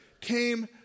came